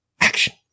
Action